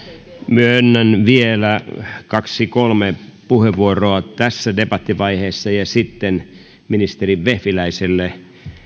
myönnän vielä kaksi kolme puheenvuoroa tässä debattivaiheessa ja puheenvuoron ministeri vehviläiselle